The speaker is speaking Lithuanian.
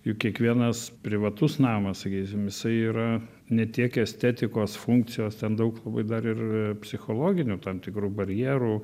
juk kiekvienas privatus namas sakysim jisai yra ne tiek estetikos funkcijos ten daug dar ir psichologinių tam tikrų barjerų